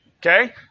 Okay